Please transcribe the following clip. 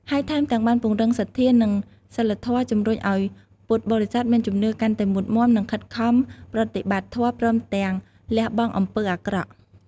ហើយថែមទាំងបានពង្រឹងសទ្ធា និងសីលធម៌ ជំរុញឱ្យពុទ្ធបរិស័ទមានជំនឿកាន់តែមុតមាំ និងខិតខំប្រតិបត្តិធម៌ ព្រមទាំងលះបង់អំពើអាក្រក់។